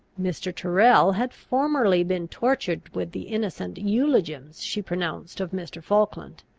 mr. tyrrel had formerly been tortured with the innocent eulogiums she pronounced of mr. falkland.